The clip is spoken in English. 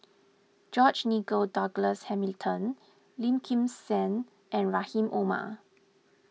George Nigel Douglas Hamilton Lim Kim San and Rahim Omar